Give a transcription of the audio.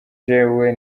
jewe